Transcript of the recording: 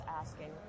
asking